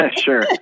Sure